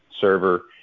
server